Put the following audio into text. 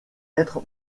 être